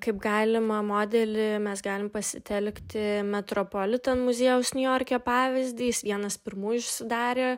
kaip galimą modelį mes galim pasitelkti metropolitan muziejaus niujorke pavyzdį jis vienas pirmųjų užsidarė